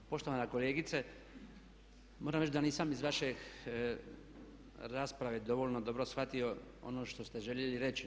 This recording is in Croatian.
Poštovana kolegice, moram reći da nisam iz vaše rasprave dovoljno dobro shvatio ono što ste željeli reći.